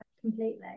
completely